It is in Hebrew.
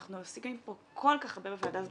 אנחנו עוסקים פה כל כך הרבה בוועדה הזאת,